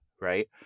right